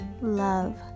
love